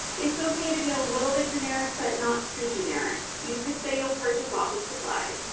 it's okay to be a little bit generic but not too generic. you can say ah purchased office supplies.